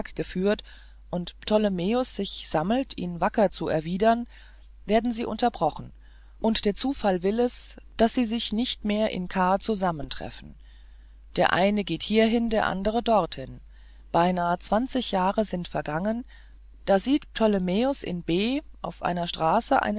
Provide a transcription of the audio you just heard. geführt und ptolomäus sich sammelt ihn wacker zu erwidern werden sie unterbrochen und der zufall will es daß sie sich nicht mehr in k zusammentreffen der eine geht hierhin der andere dorthin beinahe zwanzig jahre sind vergangen da sieht ptolomäus in b auf der straße